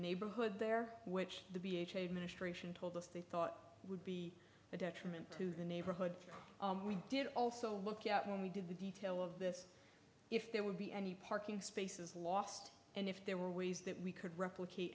neighborhood there which the b h administration told us they thought would be a detriment to the neighborhood we did also look out when we did the detail of this if there would be any parking spaces lost and if there were ways that we could replicate